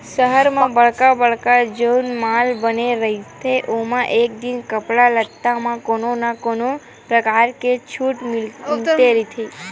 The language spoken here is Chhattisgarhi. सहर म बड़का बड़का जउन माल बने रहिथे ओमा आए दिन कपड़ा लत्ता म कोनो न कोनो परकार के छूट मिलते रहिथे